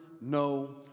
no